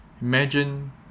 Imagine